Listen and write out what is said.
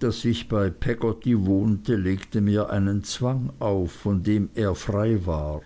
daß ich bei peggotty wohnte legte mir einen zwang auf von dem er frei war